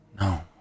No